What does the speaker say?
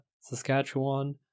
Saskatchewan